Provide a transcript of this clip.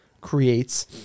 creates